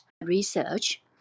research